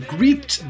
Gripped